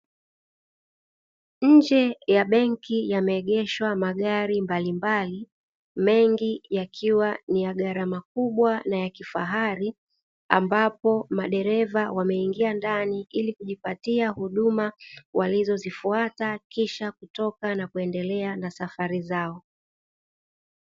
Nje ya benki yameegeshwa magari mbalimbali, mengi yakiwa ni ya gharama kubwa na ya kifahari, ambapo madereva wameingia ndani ili kujipatia huduma walizozifuata. Kisha kutoka na kuendelea na safari zao.